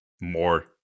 more